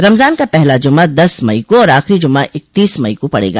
रमजान का पहला ज़म्मा दस मई को आखिरी और जुम्मा इकत्तीस मई को पड़ेगा